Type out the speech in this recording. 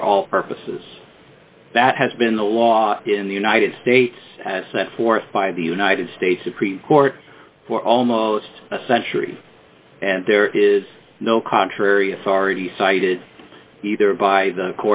for all purposes that has been the law in the united states set forth by the united states supreme court for almost a century and there is no contrary authority cited either by